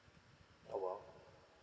oh !wow!